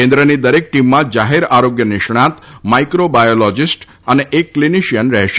કેન્દ્રની દરેક ટીમમાં જાહેર આરોગ્ય નિષ્ણાંત માઇક્રોબોયોલોજિસ્ટ અને એક ક્લિનીશ્યન રહેશે